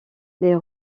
les